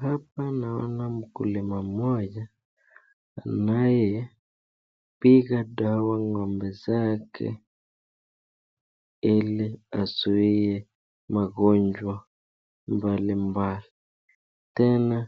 Hapa naona mkulima moja anayepiga dawa ngombe zake ili azuie magonjwa mbalimbali tena